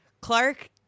Clark